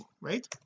right